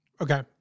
Okay